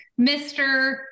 Mr